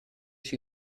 she